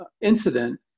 Incident